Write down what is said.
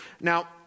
Now